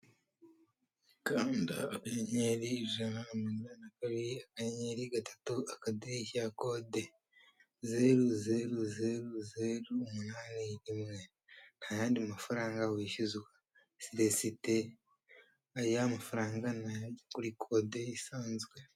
Kanda akanyenyeri ijana na mirongo inani na kabiri, akanyenyeri gatatu akadirishya kode: zeru, zeru, zeru, zeru, umunani , rimwe. Nta yandi mafaranga wishyuzwa. Celestin, aya mafaranga nayo kuri kode bisanzwe.